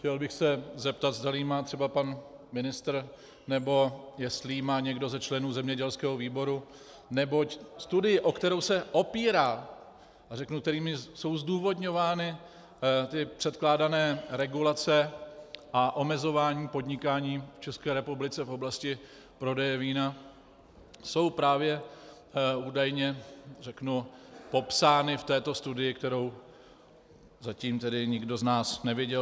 Chtěl bych se zeptat, zdali ji má třeba pan ministr nebo jestli ji má někdo ze členů zemědělského výboru, neboť ve studii, o kterou se opírá, a řeknu, kterými jsou zdůvodňovány ty předkládané regulace a omezování podnikání v České republice v oblasti prodeje vína, jsou právě údajně popsány v této studii, kterou zatím tedy nikdo z nás neviděl.